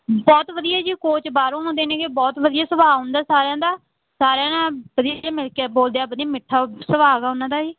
ਬਹੁਤ ਵਧੀਆ ਜੀ ਕੋਚ ਬਾਹਰੋਂ ਆਉਂਦੇ ਨੇ ਗੇ ਬਹੁਤ ਵਧੀਆ ਸੁਭਾਅ ਉਹਨਾਂ ਦਾ ਸਾਰਿਆਂ ਦਾ ਸਾਰਿਆਂ ਨਾਲ ਵਧੀਆ ਮਿਲਕੇ ਬੋਲਦੇ ਹੈ ਵਧੀਆ ਮਿੱਠਾ ਸੁਭਾਅ ਗਾ ਉਹਨਾਂ ਦਾ ਜੀ